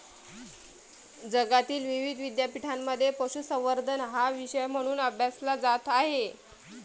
जगातील विविध विद्यापीठांमध्ये पशुसंवर्धन हा विषय म्हणून अभ्यासला जात आहे